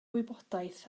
wybodaeth